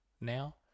now